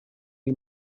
you